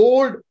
Old